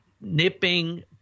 nipping